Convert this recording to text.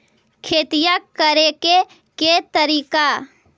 खेतिया करेके के तारिका?